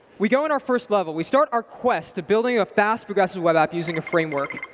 we go in our first level. we start our quest to building a fast progressive web app using a framework.